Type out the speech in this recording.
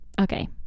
okay